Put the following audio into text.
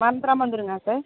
மறந்துராமல் வந்துருங்க சார்